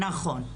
נכון?